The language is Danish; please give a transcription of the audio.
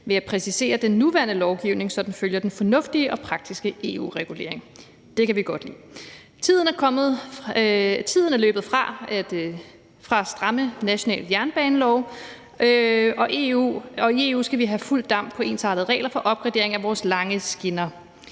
ved at præcisere den nuværende lovgivning, så den følger den fornuftige og praktiske EU-regulering. Det kan vi godt lide. Tiden er løbet fra stramme nationale jernbanelove, og i EU skal vi have fuld damp på at få ensartede regler for opgradering af vores lange skinner.